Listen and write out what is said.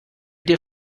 dir